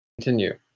Continue